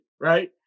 right